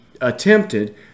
attempted